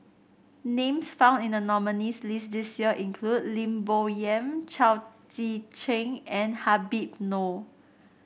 names found in the nominees' list this year include Lim Bo Yam Chao Tzee Cheng and Habib Noh